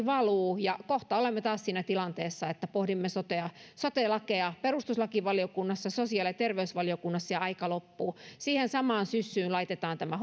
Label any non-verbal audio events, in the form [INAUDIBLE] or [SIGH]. [UNINTELLIGIBLE] valuu ja kohta olemme taas siinä tilanteessa että pohdimme sote lakeja perustuslakivaliokunnassa sosiaali ja terveysvaliokunnassa ja aika loppuu siihen samaan syssyyn laitetaan tämä [UNINTELLIGIBLE]